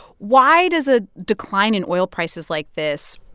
why does a decline in oil prices like this,